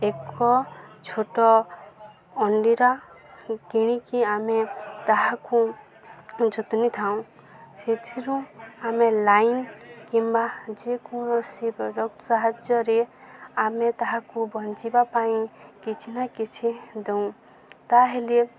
ଏକ ଛୋଟ ଅଣ୍ଡିରା କିଣିକି ଆମେ ତାହାକୁ ଯତ୍ନି ଥାଉଁ ସେଥିରୁ ଆମେ ଲାଇନ୍ କିମ୍ବା ଯେକୌଣସି ପ୍ରଡ଼କ୍ଟ ସାହାଯ୍ୟରେ ଆମେ ତାହାକୁ ବଞ୍ଚିବା ପାଇଁ କିଛି ନା କିଛି ଦଉଁ ତାହେଲେ